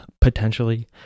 potentially